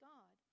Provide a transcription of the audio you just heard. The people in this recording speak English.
God